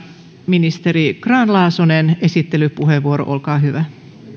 ministeri grahn laasonen esittelypuheenvuoro olkaa hyvä